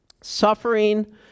Suffering